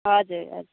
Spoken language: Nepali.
हजुर हजुर